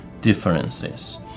differences